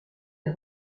est